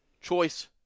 choice